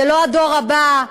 זה לא הדור הבא,